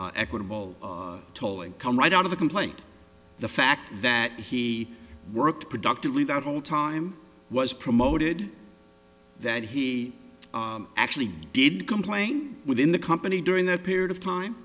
equitable tolling come right out of the complaint the fact that he worked productively that whole time was promoted that he actually did complain within the company during that period of time